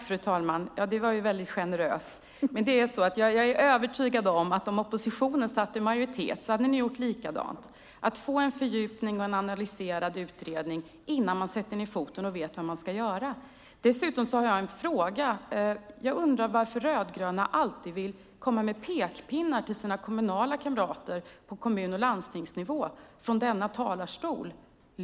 Fru talman! Det var generöst! Jag är övertygad om att om oppositionen satt i majoritet hade ni gjort likadant, det vill säga en utredning med en fördjupad analys innan man sätter ned foten och vet vad man ska göra. Jag undrar varför De rödgröna alltid vill komma med pekpinnar till sina kommunala kamrater på kommun och landstingsnivå från denna talarstol.